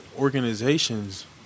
organizations